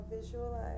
Visualize